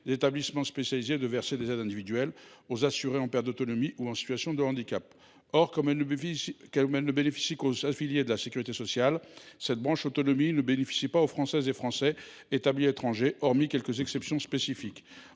établissements spécialisés et de verser des aides individuelles aux assurés en situation de perte d’autonomie ou de handicap. Or, destinée aux affiliés de la sécurité sociale, cette branche autonomie ne bénéficie pas aux Françaises et aux Français établis à l’étranger, hormis quelques exceptions spécifiques.